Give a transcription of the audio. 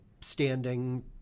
standing